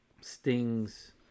Sting's